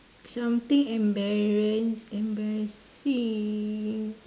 something embarrass embarrassing